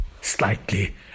slightly